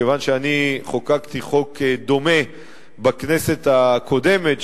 מכיוון שאני חוקקתי חוק דומה בכנסת הקודמת,